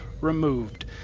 removed